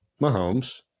Mahomes